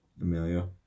Amelia